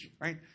right